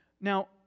Now